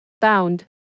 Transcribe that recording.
Bound